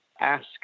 ask